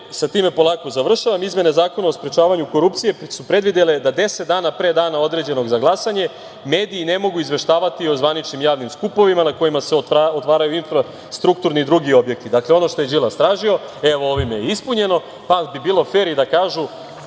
sa time polako završavam, izmene Zakona o sprečavanju korupcije su predvideli da 10 dana pre dana određenog za glasanje mediji ne mogu izveštavati o zvaničnim javnim skupovima na kojima se otvaraju infrastrukturni i drugi objekti. Dakle, ono što je Đilas tražio evo ovim je ispunjeno, pa bi bilo fer i da kažu